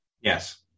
Yes